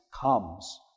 comes